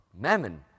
Mammon